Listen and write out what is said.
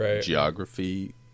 geography